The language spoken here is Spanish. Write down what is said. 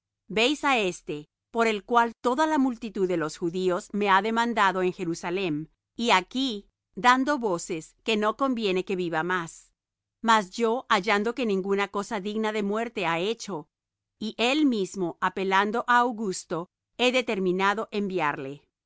á éste por el cual toda la multitud de los judíos me ha demandado en jerusalem y aquí dando voces que no conviene que viva más mas yo hallando que ninguna cosa digna de muerte ha hecho y él mismo apelando á augusto he determinado enviarle